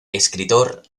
escritor